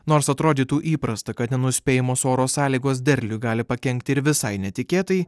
nors atrodytų įprasta kad nenuspėjamos oro sąlygos derliui gali pakenkti ir visai netikėtai